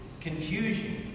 confusion